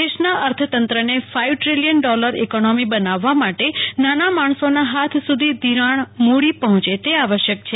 દેશના અર્થતંત્રને five trillion dollar economy બનાવવા માટે નાના માણસોના ફાથ સુધી ઘિરાણ મુડી પહોચે તે આવશ્યક છે